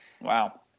Wow